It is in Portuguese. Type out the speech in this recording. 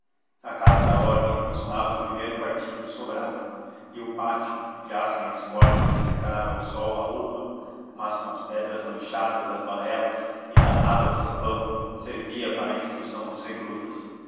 a casa da ordem funcionava no primeiro quartinho do sobrado e o pátio já sem as cordas de secar ao sol a roupa mas com as pedras manchadas das barrelas e da água de sabão servia para a instrução dos recrutas